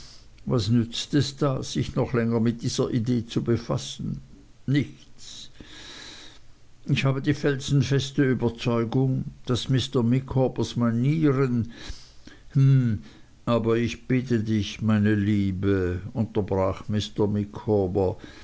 was nützt es da sich noch länger mit dieser idee zu befassen nichts ich habe die felsenfeste überzeugung daß mr micawbers manieren hm aber ich bitte dich meine liebe unterbrach